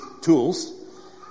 tools